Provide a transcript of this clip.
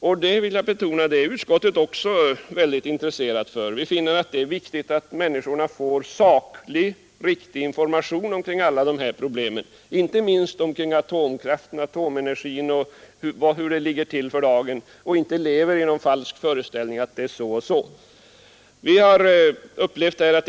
Jag vill betona att utskottet också är mycket intresserat av detta. Vi finner att det är viktigt att människorna får saklig, riktig information om alla dessa problem, inte minst hur det ligger till för dagen med atomenergin, så att man inte lever i någon falsk föreställning att det är så eller så.